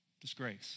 Disgrace